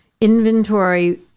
inventory